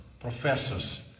professors